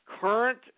current